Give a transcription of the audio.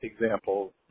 examples